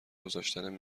گذاشتن